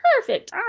perfect